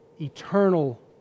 eternal